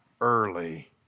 early